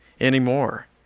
anymore